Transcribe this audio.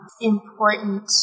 important